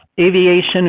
aviation